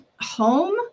Home